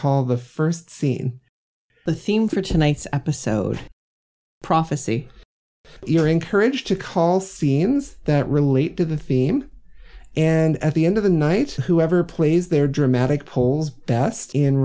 call the first scene the theme for tonight's episode prophecy you're encouraged to call scenes that relate to the theme and at the end of the night whoever plays their dramatic polls best in